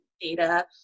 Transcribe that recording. data